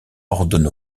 ordonne